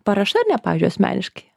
parašai ar ne pavyzdžiui asmeniškai